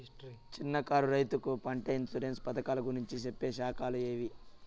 చిన్న కారు రైతుకు పంట ఇన్సూరెన్సు పథకాలు గురించి చెప్పే శాఖలు ఏవి?